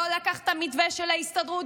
לא לקח את המתווה של ההסתדרות,